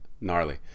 Gnarly